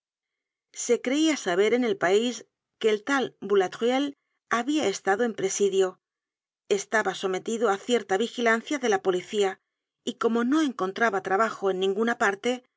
se creia saber en el pais que el tal boulatruelle habia estado en presidio estaba sometido á cierta vigilancia de la policía y como no encontraba trabajo en ninguna parte